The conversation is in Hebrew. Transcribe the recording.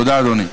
תודה, אדוני.